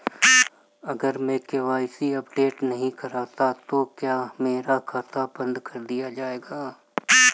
अगर मैं KYC update नहीं करता तो क्या मेरा खाता बंद कर दिया जाएगा?